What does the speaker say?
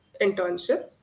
internship